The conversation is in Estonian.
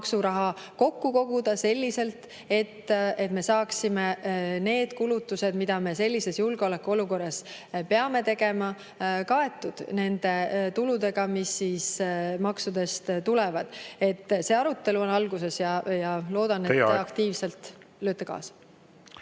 maksuraha kokku koguda selliselt, et me saaksime need kulutused, mida me sellises julgeolekuolukorras peame tegema, kaetud nende tuludega, mis maksudest tulevad. See arutelu on alguses ja loodan … Teie aeg! … et te aktiivselt lööte kaasa.